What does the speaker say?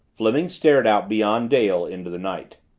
fleming stared out beyond dale, into the night.